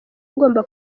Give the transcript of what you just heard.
agomba